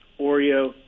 Oreo